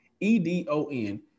E-D-O-N